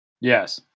Yes